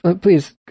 please